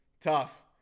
Tough